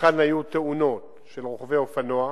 היכן היו תאונות של רוכבי אופנוע,